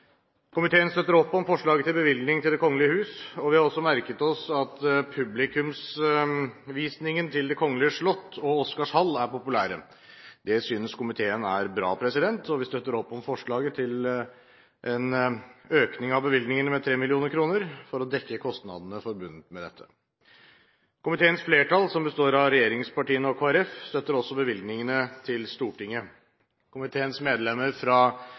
Komiteen støtter opp om forslaget til bevilgning til Det kongelige hus. Vi har merket oss at publikumsvisningen til både Det Kongelige Slott og Oscarshall er populær. Det synes komiteen er bra, og vi støtter opp om forslaget til en økning av bevilgningene med 3 mill. kr for å dekke kostnadene forbundet med dette. Komiteens flertall, som består av regjeringspartiene og Kristelig Folkeparti, støtter også bevilgningene til Stortinget. Komiteens medlemmer fra